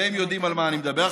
והם יודעים על מה אני מדבר.